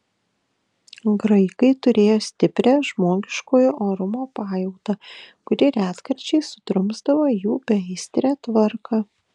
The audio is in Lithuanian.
graikai turėjo stiprią žmogiškojo orumo pajautą kuri retkarčiais sudrumsdavo jų beaistrę tvarką